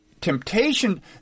temptation